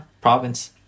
province